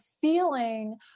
feeling